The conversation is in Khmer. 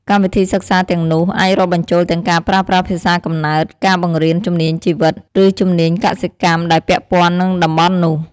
កម្មវិធីសិក្សាទាំងនោះ អាចរាប់បញ្ចូលទាំងការប្រើប្រាស់ភាសាកំណើត ការបង្រៀនជំនាញជីវិត ឬជំនាញកសិកម្មដែលពាក់ព័ន្ធនឹងតំបន់នោះ។